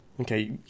Okay